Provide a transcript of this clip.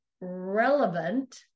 relevant